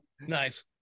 Nice